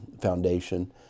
foundation